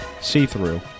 See-Through